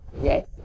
Yes